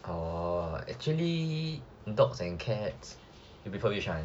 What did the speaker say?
orh actually dogs and cats you prefer which one